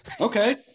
okay